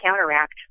counteract